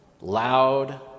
loud